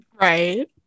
Right